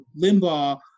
Limbaugh